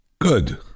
Good